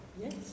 Yes